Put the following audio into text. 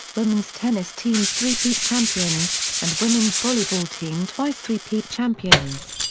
women's tennis team three peat champions, and women's volleyball team twice three peat champions.